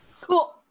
cool